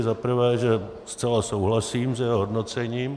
Za prvé, že zcela souhlasím s jeho hodnocením.